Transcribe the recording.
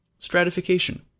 Stratification